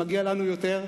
מגיע לנו יותר,